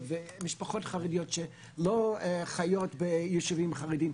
ומשפחות חרדיות שלא חיות ביישובים חרדים,